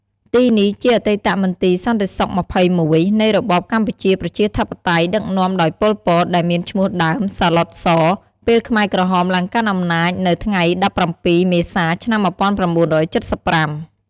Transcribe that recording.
ទីនេះជាអតីតមន្ទីរសន្ដិសុខ២១ នៃរបបកម្ពុជាប្រជាធិបតេយ្យ ដឹកនាំដោយប៉ុល ពត ដែលមាន ឈ្មោះដើម សាទ្បុត ស ពេលខ្មែរក្រហមឡើងកាន់អំណាចនៅថ្ងៃ១៧ មេសា ឆ្នាំ១៩៧៥។